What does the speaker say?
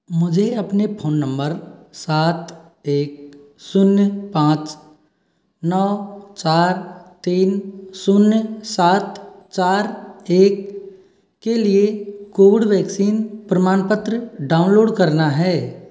मुझे अपने phone number सात एक शून्य पाँच नौ चार तीन शून्य सात चार एक के लिए कोविड वैक्सीन प्रमाणपत्र डाउनलोड करना है